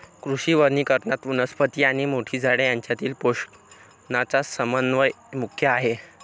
कृषी वनीकरणात, वनस्पती आणि मोठी झाडे यांच्यातील पोषणाचा समन्वय मुख्य आहे